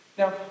Now